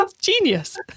Genius